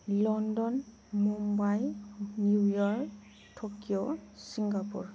London Mumbai New York Tokyo Singapore